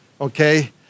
okay